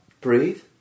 breathe